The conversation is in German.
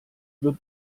wird